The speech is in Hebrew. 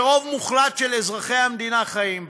שרוב מוחלט של אזרחי המדינה חיים בה.